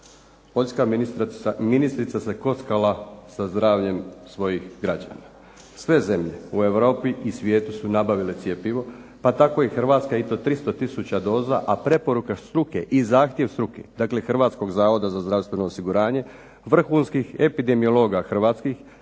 Poljska ministrica se kockala sa zdravljem svojih građana. Sve zemlje u Europi i svijetu su nabavile i cjepivo, pa tako i Hrvatska i to 300 tisuća doza, a preporuka struke i zahtjev struke, dakle Hrvatskog zavoda za zdravstveno osiguranje vrhunskih epidemiologa hrvatskih,